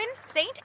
saint